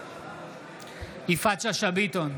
בעד יפעת שאשא ביטון,